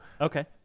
Okay